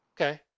okay